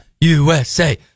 USA